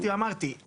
אמרתי.